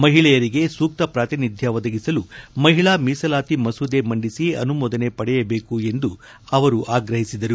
ಮಹಿಳೆಯರಿಗೆ ಸೂಕ್ತ ಪ್ರಾತಿನಿಧ್ಯ ಒದಗಿಸಲು ಮಹಿಳಾ ಮೀಸಲಾತಿ ಮಸೂದೆ ಮಂಡಿಸಿ ಅನುಮೋದನೆ ಪಡೆಯಬೇಕು ಎಂದು ಅವರು ಆಗ್ರಹಿಸಿದರು